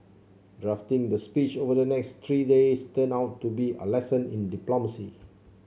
drafting the speech over the next three days turned out to be a lesson in diplomacy